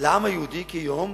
לעם היהודי כיום